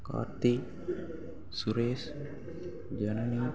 Karthi Suresh Janani